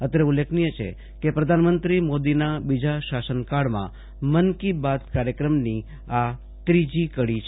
અત્રે ઉલ્લેખનીય છે કે પ્રધાનમંત્રી મોદીના બીજા શાસનકાળમાં મન કી બાત કાર્યક્રમનો આ ત્રીજી કડી છે